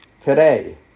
Today